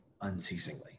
unceasingly